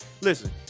listen